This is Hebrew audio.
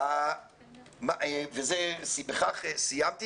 בזה סיימתי.